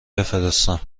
بفرستم